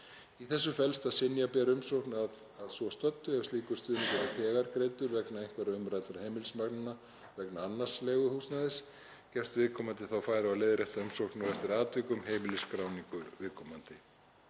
Í þessu felst að synja ber umsókn að svo stöddu ef slíkur stuðningur er þegar greiddur vegna einhverra umræddra heimilismanna vegna annars leiguhúsnæðis. Gefst viðkomandi þá færi á að leiðrétta umsóknina og eftir atvikum heimilisskráningu viðkomandi.